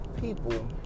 people